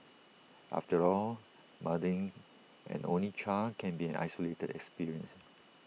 after all mothering an only child can be an isolating experience